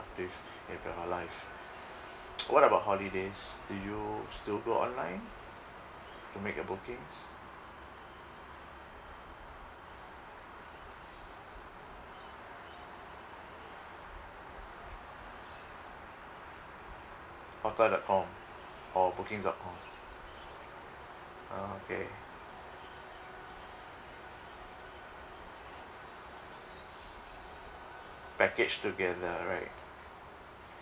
~tive with our life what about holidays do you still go online to make your bookings hotel dot com or booking dot com oh okay package together right